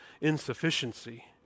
insufficiency